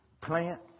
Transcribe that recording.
plant